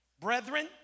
Brethren